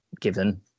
given